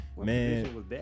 man